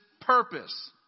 purpose